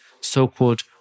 so-called